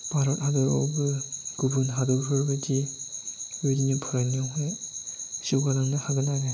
भारत हादरावबो गुबुन हादरफोर बायदि बेबायदिनो फरायनायावहाय जौगालांनो हागोन आरो